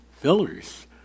fillers